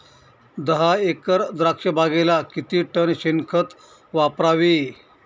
दहा एकर द्राक्षबागेला किती टन शेणखत वापरावे?